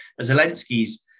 Zelensky's